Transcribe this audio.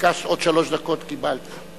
ביקשת עוד שלוש דקות, קיבלת.